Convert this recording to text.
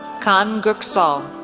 kaan goksal,